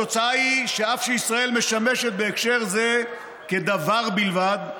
התוצאה היא שאף שישראל משמשת בהקשר זה כדוור בלבד,